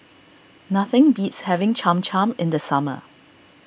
nothing beats having Cham Cham in the summer